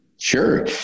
sure